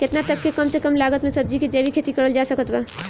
केतना तक के कम से कम लागत मे सब्जी के जैविक खेती करल जा सकत बा?